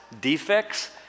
Defects